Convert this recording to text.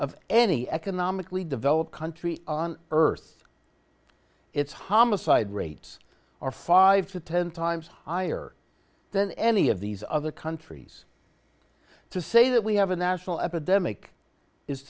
of any economically developed country on earth its homicide rates are far have to ten times higher than any of these other countries to say that we have a national epidemic is